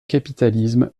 capitalisme